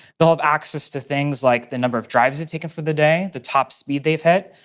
they'll have access to things like the number of drives they've taken for the day, the top speed they've hit,